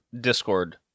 Discord